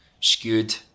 skewed